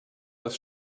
das